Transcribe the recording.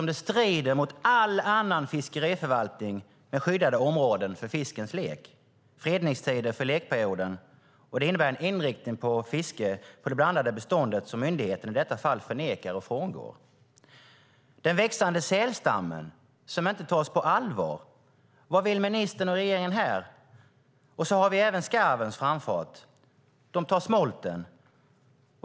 Det strider mot all annan fiskeriförvaltning med skyddade områden för fiskens lek, fredningstider för lekperioden. Det innebär en inriktning på fisket, på det blandade beståndet, som myndigheten i detta fall vägrar att frångå. Den växande sälstammen tas inte på allvar. Vad vill ministern och regeringen här? Vi har också skarvens framfart; den tar smolten.